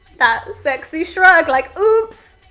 that sexy shrug like oops,